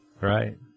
Right